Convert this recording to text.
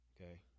okay